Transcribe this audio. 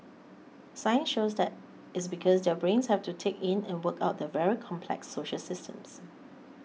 science shows that is because their brains have to take in and work out their very complex social systems